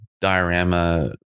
diorama